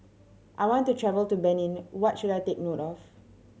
I want to travel to Benin what should I take note of